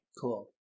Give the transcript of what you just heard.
Cool